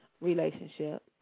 relationship